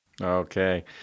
Okay